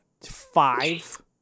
five